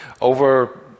over